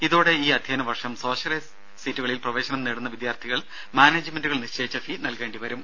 ഇതോടെ ഈ അധ്യയന വർഷം സ്വാശ്രയ സീറ്റുകളിൽ പ്രവേശനം നേടുന്ന വിദ്യാർഥികൾ മാനേജ്മെന്റുകൾ നിശ്ചയിച്ച ഫീ നൽകേണ്ടി വരും